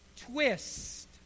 twist